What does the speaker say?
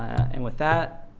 and with that,